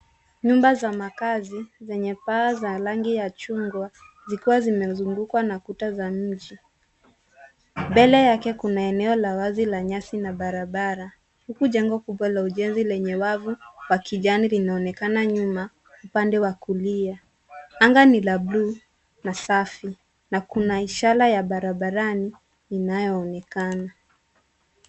Nyumba za makazi zenye paa za rangi ya chungwa zikiwa zimezungukwa na kuta za mji. Mbele yake kuna eneo la wazi la nyasi na barabara huku jengo kubwa la ujenzi lenye wavu wa kijani linaonekana nyuma upande wa kulia. Anga ni la bluu na safi na kuna ishara ya barabarani inayoonekana.